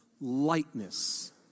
lightness